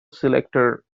selector